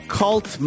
cult